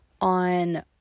on